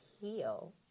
heal